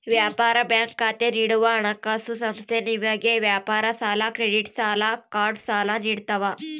ವ್ಯಾಪಾರ ಬ್ಯಾಂಕ್ ಖಾತೆ ನೀಡುವ ಹಣಕಾಸುಸಂಸ್ಥೆ ನಿಮಗೆ ವ್ಯಾಪಾರ ಸಾಲ ಕ್ರೆಡಿಟ್ ಸಾಲ ಕಾರ್ಡ್ ಸಹ ನಿಡ್ತವ